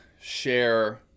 share